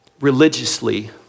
religiously